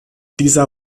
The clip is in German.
dieser